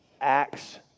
Acts